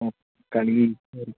ഓ കളി കേറി